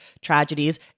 tragedies